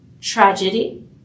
tragedy